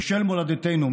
ושל מולדתנו,